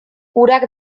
urak